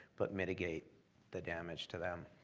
but mitigate the damage to them.